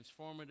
transformative